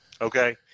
Okay